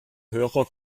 hörer